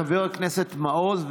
חבר הכנסת מעוז,